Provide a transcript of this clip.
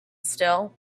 still